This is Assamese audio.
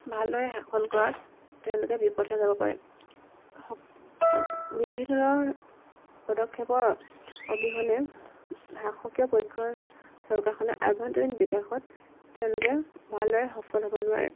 ভালদৰে শাসন কৰাত তেওঁলোকে বিপথে যাব পাৰে সক বিৰোধী দলৰ পদক্ষেপৰ অবিহনে শাসকীয় পক্ষৰ চৰকাৰখনে আভ্যন্তৰীণ বিকাশত তেওঁলোকে ভালদৰে সফল হ'ব নোৱাৰে